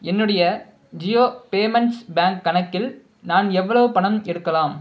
என்னுடைய Jio payments bank கணக்கில் நான் எவ்வளவு பணம் எடுக்கலாம்